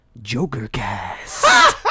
Jokercast